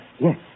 Yes